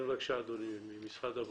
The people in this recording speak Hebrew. בבקשה, אדוני ממשרד הבריאות.